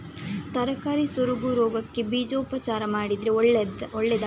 ತರಕಾರಿ ಸೊರಗು ರೋಗಕ್ಕೆ ಬೀಜೋಪಚಾರ ಮಾಡಿದ್ರೆ ಒಳ್ಳೆದಾ?